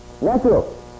Natural